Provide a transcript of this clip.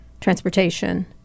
transportation